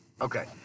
Okay